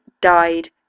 died